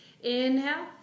Inhale